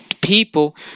people